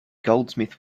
goldsmith